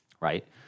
right